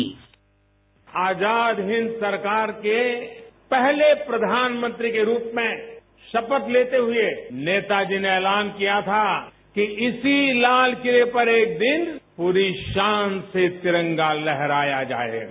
bite Azad Hind सरकार के पहले प्रधानमंत्री के रूप में शपथ लेते हुए नेताजी ने एलान किया था कि इसी लालकिले पर एक दिन पूरी शान से तिरंगा लहराया जाएगा